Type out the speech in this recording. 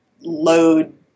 load